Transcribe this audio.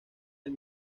del